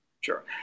Sure